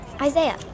Isaiah